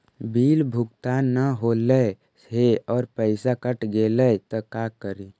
Bill भुगतान न हौले हे और पैसा कट गेलै त का करि?